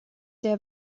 der